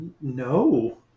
No